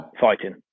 fighting